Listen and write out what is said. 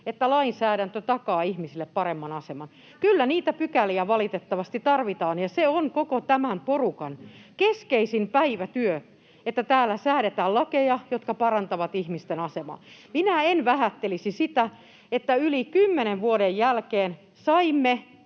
että lainsäädäntö takaa ihmisille paremman aseman. Kyllä niitä pykäliä valitettavasti tarvitaan, ja se on koko tämän porukan keskeisin päivätyö, että täällä säädetään lakeja, jotka parantavat ihmisten asemaa. Minä en vähättelisi sitä, että yli kymmenen vuoden jälkeen saimme